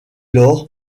lors